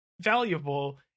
valuable